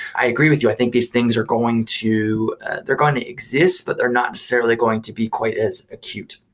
i agree with you. i think these things are going to they're going to exist, but they're not necessarily going to be quite as acute.